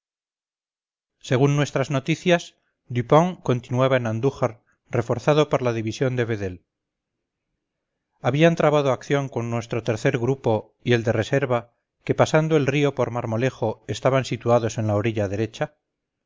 según nuestras noticias dupont continuaba en andújar reforzado por la división de vedel habían trabado acción con nuestro tercer cuerpo y el de reserva que pasando el río por marmolejo estaban situados en la orilla derecha